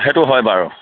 সেইটো হয় বাৰু